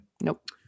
nope